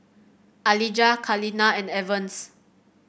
Alijah Kaleena and Evans